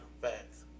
facts